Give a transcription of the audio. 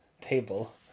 table